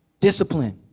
discipline.